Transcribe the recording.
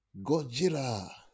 Godzilla